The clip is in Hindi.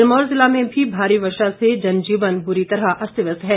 सिरमौर ज़िला में भी भारी बारिश से जनजीवन ब्री तरह अस्त व्यस्त है